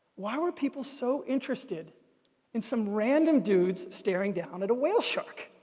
why were people so interested in some random dudes staring down at a whale shark?